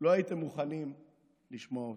לא הייתם מוכנים לשמוע אותם.